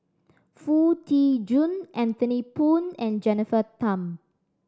Foo Tee Jun Anthony Poon and Jennifer Tham